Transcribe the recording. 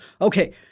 okay